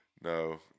No